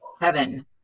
heaven